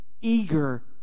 eager